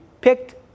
picked